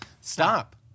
Stop